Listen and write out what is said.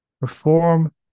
perform